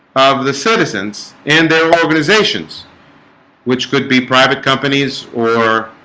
of the citizens and their organizations which could be private companies or?